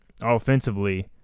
offensively